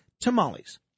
tamales